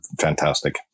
fantastic